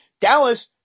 Dallas